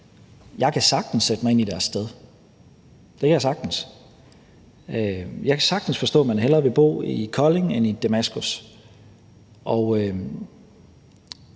jeg kan sagtens sætte mig i deres sted. Det kan jeg sagtens. Jeg kan sagtens forstå, at man hellere vil bo i Kolding end i Damaskus.